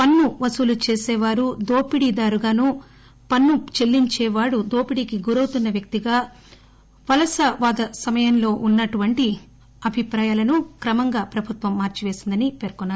పన్ను వసూలు చేసేవారు దోపిడీ దారుగాను పన్ను చెల్లించేవారు దోపిడికి గురౌతున్న వ్యక్తిగా వలస వాద సమయంలో వున్నటువంటి అభిప్రాయాలను క్రమంగా ప్రభుత్వం మార్చిపేసిందని పేర్కొన్నారు